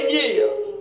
years